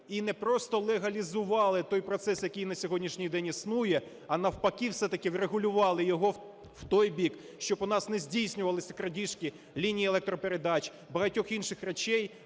і не просто легалізували той процес, який на сьогоднішній існує, а, навпаки, все-таки врегулювали його в той бік, щоб у нас не здійснювались крадіжки ліній електропередач, багатьох інших речей,